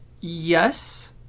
Yes